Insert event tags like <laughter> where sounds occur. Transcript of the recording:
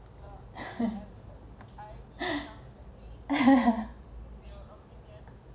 <laughs>